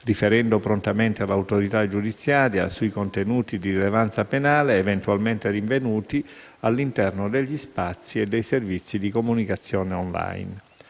riferendo prontamente all'autorità giudiziaria sui contenuti di rilevanza penale eventualmente rinvenuti all'interno degli spazi e servizi di comunicazione *on line*.